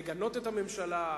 לגנות את הממשלה,